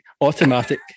Automatic